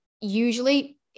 usually